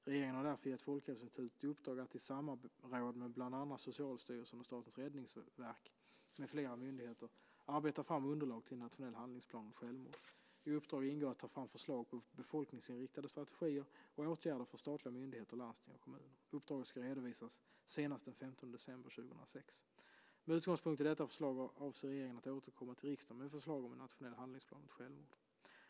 Regeringen har därför givit Folkhälsoinstitutet i uppdrag att i samråd med bland andra Socialstyrelsen och Statens räddningsverk med flera myndigheter arbeta fram underlag till en nationell handlingsplan mot självmord. I uppdraget ingår att ta fram förslag på befolkningsinriktade strategier och åtgärder för statliga myndigheter, landsting och kommuner. Uppdraget ska redovisas senast den 15 december 2006. Med utgångspunkt i detta förslag avser regeringen att återkomma till riksdagen med förslag om en nationell handlingsplan mot självmord.